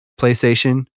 PlayStation